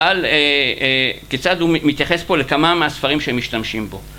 על כיצד הוא מתייחס פה לכמה מהספרים שמשתמשים בו